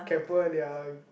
Keppel their